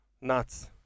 Nuts